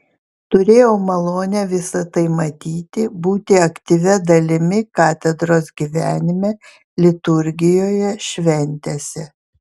turėjau malonę visa tai matyti būti aktyvia dalimi katedros gyvenime liturgijoje šventėse